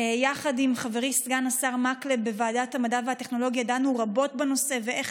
יחד עם חברי סגן השר מקלב דנו רבות בנושא בוועדת המדע והטכנולוגיה,